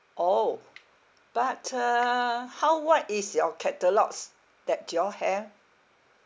orh but uh how wide is your catalogues that you all have